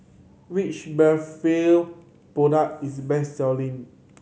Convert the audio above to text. which Blephagel product is best selling